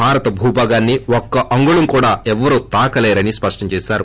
భారత్ భూ భాగాన్ని ఒక్క అంగుళం కూడా ఎవరూ తాకలేరని స్పష్టం చేశారు